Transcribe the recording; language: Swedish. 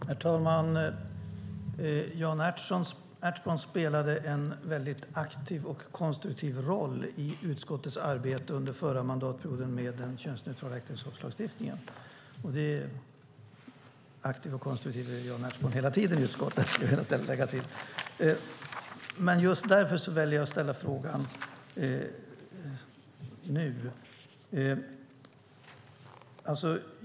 Herr talman! Jan Ertsborn spelade en väldigt aktiv och konstruktiv roll i utskottets arbete under förra mandatperioden med den könsneutrala äktenskapslagstiftningen. Aktiv och konstruktiv är ju Jan Ertsborn hela tiden i utskottet, vill jag lägga till. Just därför väljer jag att ställa min fråga nu.